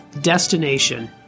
Destination –